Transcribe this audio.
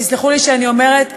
תסלחו לי שאני אומרת,